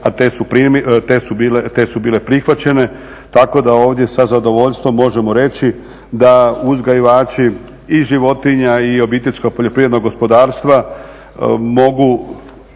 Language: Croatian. a te su bile prihvaćene tako da ovdje sa zadovoljstvom možemo reći da uzgajivači i životinja i obiteljska poljoprivredna gospodarstva mogu